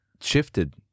shifted